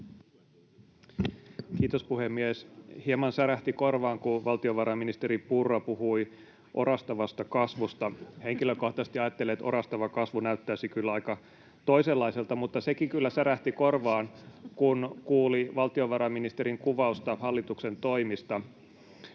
Kiitos, puhemies! Hieman särähti korvaan, kun valtiovarainministeri Purra puhui orastavasta kasvusta. Henkilökohtaisesti ajattelen, että orastava kasvu näyttäisi kyllä aika toisenlaiselta. Mutta sekin kyllä särähti korvaan, kun kuuli valtiovarainministerin kuvausta hallituksen toimista.